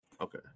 Okay